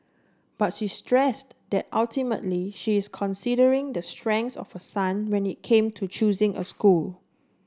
but she stressed that ultimately she is considering the strengths of her son when it came to choosing a school